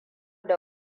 da